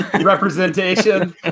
representation